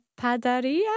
padaria